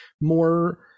more